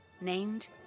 named